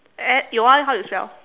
and and your one how you spell